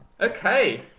Okay